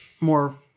more